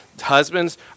Husbands